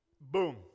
boom